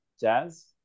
jazz